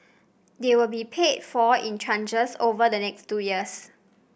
they will be paid for in tranches over the next two years